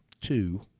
Two